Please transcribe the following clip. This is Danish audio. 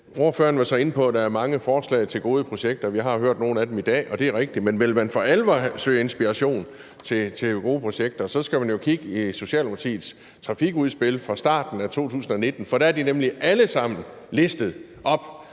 ordføreren var så inde på, at der er mange forslag til gode projekter, og vi har hørt nogle af dem i dag, og det er rigtigt. Men vil man for alvor søge inspiration til gode projekter, skal man jo kigge i Socialdemokratiets trafikudspil fra starten af 2019. For der er de nemlig alle sammen listet op;